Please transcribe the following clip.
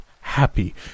happy